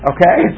Okay